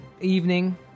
evening